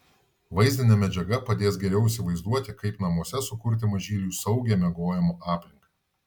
vaizdinė medžiaga padės geriau įsivaizduoti kaip namuose sukurti mažyliui saugią miegojimo aplinką